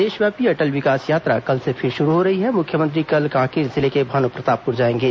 प्रदेश व्यापी अटल विकास यात्रा कल से फिर शुरू हो रही है मुख्यमंत्री कल कांकेर जिले के भानुप्रतापपुर जाएंगे